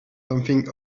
something